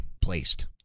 placed